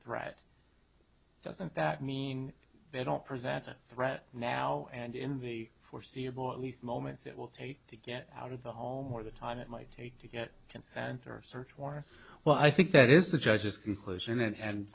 me read doesn't that mean they don't present a threat now and in the foreseeable moments it will take to get out of the home or the time it might take to get consent or search warrant well i think that is the judge's conclusion and